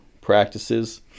practices